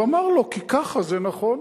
והוא אמר לו: כי ככה זה נכון.